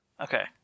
Okay